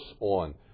on